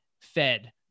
fed